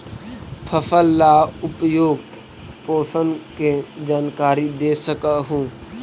फसल ला उपयुक्त पोषण के जानकारी दे सक हु?